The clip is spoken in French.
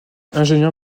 ingénieur